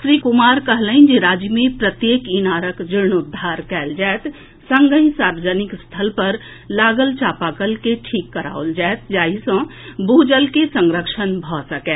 श्री कुमार कहलनि जे राज्य मे प्रत्येक इनारक जीर्णोद्वार कएल जाएत संगहि सार्वजनिक स्थल पर लागल चापाकल के ठीक कराओल जाएत जाहिं सँ भू जल के संरक्षण भऽ सकए